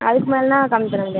அதுக்கு மேலேலாம் கம்மி பண்ண முடியாது